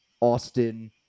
Austin